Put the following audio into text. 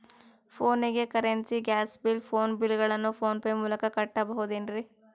ಫೋನಿಗೆ currency, gas bill, phone bill ಗಳನ್ನು PhonePe ಮೂಲಕ ಕಟ್ಟಬಹುದೇನ್ರಿ?